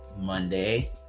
Monday